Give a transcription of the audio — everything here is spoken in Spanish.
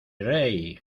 rey